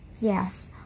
yes